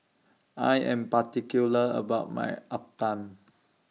I Am particular about My Uthapam